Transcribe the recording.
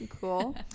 cool